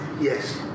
Yes